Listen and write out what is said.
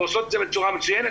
והן עושות את זה בצורה מצוינת.